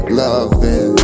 loving